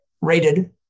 rated